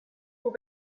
will